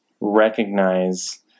recognize